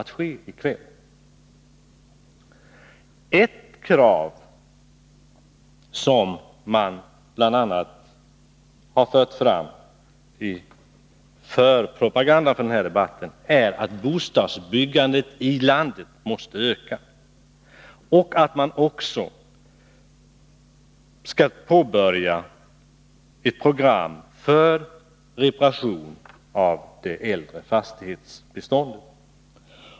1 Ett krav som man fört fram i propagandan för den här debatten är att bostadsbyggandet i landet måste öka och att man skall påbörja ett program för reparation av det äldre fastighetsbeståndet.